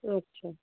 আচ্ছা